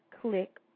click